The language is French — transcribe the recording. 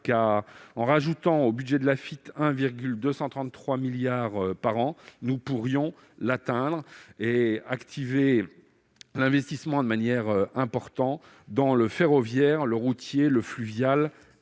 que, en ajoutant au budget de l'Afitf 1,233 milliard par an, nous pourrions atteindre ces objectifs et activer l'investissement de manière importante dans le ferroviaire, le routier, le fluvial